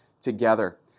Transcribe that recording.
together